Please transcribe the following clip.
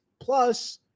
plus